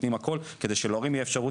נותנים הכול כדי שלהורים תהיה אפשרות